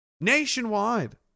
nationwide